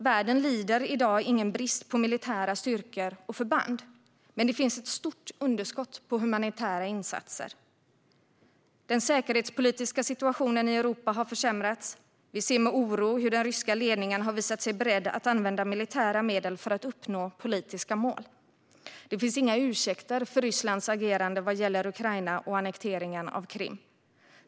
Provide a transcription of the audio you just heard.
Världen lider i dag ingen brist på militära styrkor och förband, men det finns ett stort underskott på humanitära insatser. Den säkerhetspolitiska situationen i Europa har försämrats. Vi ser med oro hur den ryska ledningen har visat sig beredd att använda militära medel för att uppnå politiska mål. Det finns inga ursäkter för Rysslands agerande vad gäller Ukraina och annekteringen av Krim.